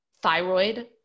thyroid